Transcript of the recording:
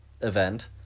event